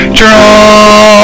draw